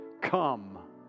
Come